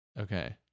Okay